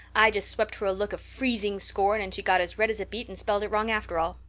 i just swept her a look of freezing scorn and she got as red as a beet and spelled it wrong after all.